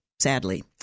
Sadly